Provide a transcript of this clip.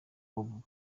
bob